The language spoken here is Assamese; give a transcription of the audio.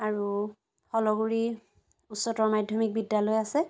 আৰু শ'লগুড়ি উচ্চতৰ মাধ্যমিক বিদ্যালয় আছে